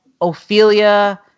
Ophelia